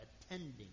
attending